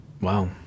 wow